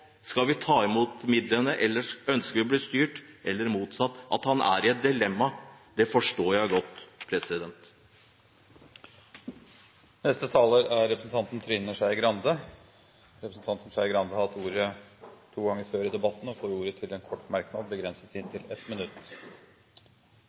ta imot midlene, om de ønsker å bli styrt – eller motsatt – forstår jeg godt. Representanten Trine Skei Grande har hatt ordet to ganger tidligere og får ordet til en kort merknad, begrenset